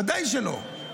ודאי שלא.